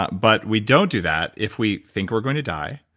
but but we don't do that if we think we're going to die,